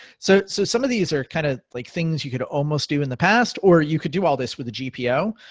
so so some of these are kind of like things you could almost do in the past or you could do all this with a gpo.